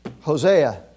Hosea